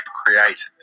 create